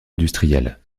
industrielle